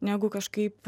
negu kažkaip